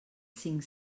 cinc